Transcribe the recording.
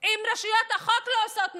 אם רשויות החוק לא עושות מספיק?